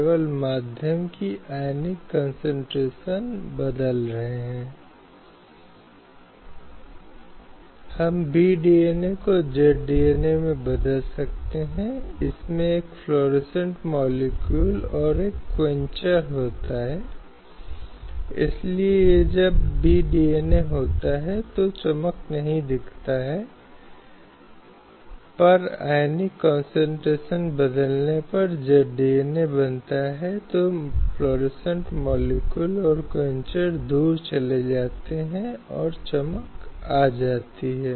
हालांकि एकमात्र राज्य के व्यक्तिगत कानून है जहां अगर कोई हिंदू है तो वह अपने घर में विवाह और तलाक के कानूनों द्वारा शासित होगा यदि कोई मुस्लिम है तो वह अपने स्वयं के कानूनों द्वारा शासित होगा और इसलिए इस्लाम धर्म का पालन करने वाले लोग अपने स्वयं के कानून द्वारा शासित होते हैं जहां ट्रिपल तलाक के इस मुद्दे को कानूनी मान्यता प्राप्त है और इसलिए समान नागरिक संहिता की चर्चा में ट्रिपल तलाक़ का सवाल महत्वपूर्ण और प्रासंगिक हो जाता है